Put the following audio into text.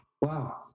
wow